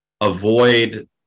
avoid